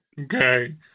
okay